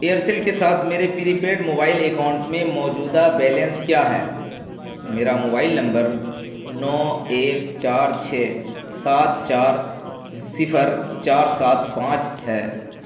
ایئرسیل کے ساتھ میرے پری پیڈ موبائل اکاؤنٹ میں موجودہ بیلنس کیا ہے میرا موبائل نمبر نو ایک چار چھ سات چار صفر چار سات پانچ ہے